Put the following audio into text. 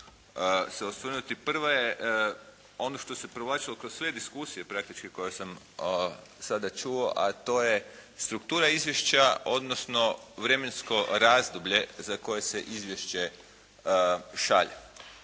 se osvrnuti. Prvo je ono što se provlačilo kroz sve diskusije praktički koje sam sada čuo, a to je struktura izvješća, odnosno vremensko razdoblje za koje se izvješće šalje.